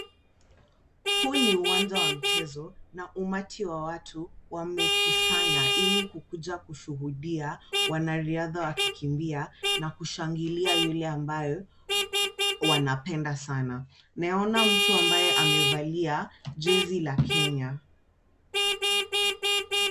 Huu ni uwanja wa mchezo na umati wa watu wamekusanya ili kukuja kushuhudia wanariadha wakikimbia na kushangilia yule ambaye wanapenda sana. Naona mtu ambaye amevalia jezi la Kenya.